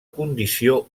condició